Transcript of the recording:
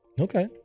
Okay